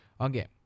okay